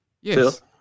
Yes